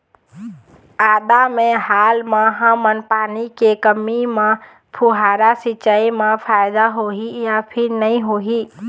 आदा मे हाल मा हमन पानी के कमी म फुब्बारा सिचाई मे फायदा होही या फिर नई होही?